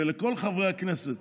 ולכל חברי הכנסת,